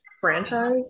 franchise